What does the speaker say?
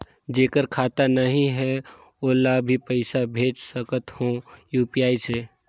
जेकर खाता नहीं है ओला भी पइसा भेज सकत हो यू.पी.आई से?